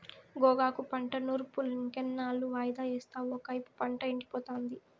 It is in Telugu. గోగాకు పంట నూర్పులింకెన్నాళ్ళు వాయిదా యేస్తావు ఒకైపు పంట ఎండిపోతాంది